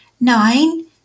nine